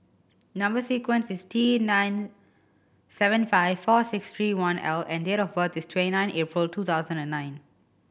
number sequence is T nine seven five four six three one L and date of birth is twenty nine April two thousand and nine